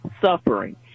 suffering